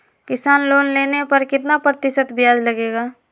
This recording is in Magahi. किसान लोन लेने पर कितना प्रतिशत ब्याज लगेगा?